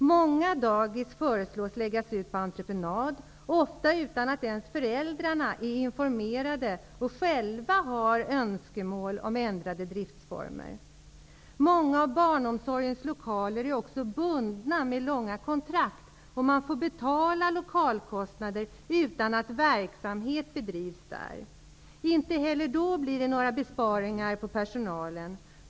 Många dagis föreslås läggas ut på entreprenad, ofta utan att ens föräldrarna är informerade eller själva har önskemål om ändrade driftsformer. Många av barnomsorgens lokaler är bundna med långa kontrakt. Man får betala lokalkostnader utan att verksamhet bedrivs där. Inte heller då blir det några besparingar på personalen.